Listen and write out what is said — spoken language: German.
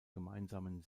gemeinsamen